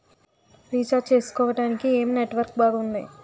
Recharge చేసుకోవటానికి ఏం network బాగుంది?